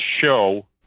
show